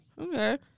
Okay